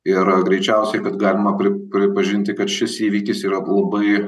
ir greičiausiai kad galima pripažinti kad šis įvykis yra labai